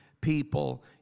people